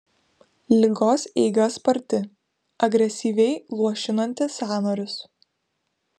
ligos eiga sparti agresyviai luošinanti sąnarius